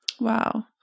Wow